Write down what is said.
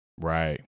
Right